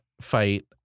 fight